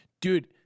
Dude